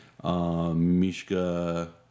Mishka